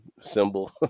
symbol